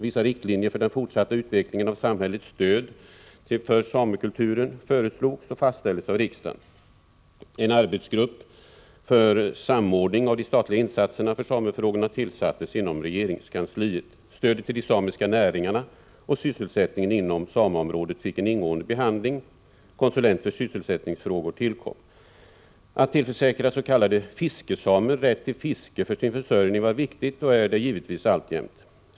Vissa riktlinjer för den fortsatta utvecklingen av samhällets stöd för samekulturen föreslogs och fastställdes av riksdagen. En arbetsgrupp för samordning av de statliga insatserna för samefrågor tillsattes inom regeringskansliet. Stödet till de samiska näringarna och sysselsättningen inom sameområdet fick en ingående behandling. En konsulent för sysselsättningsfrågor tillkom. Att tillförsäkra s.k. fiskesamer rätt till fiske för sin försörjning var viktigt, och är det givetvis alltjämt.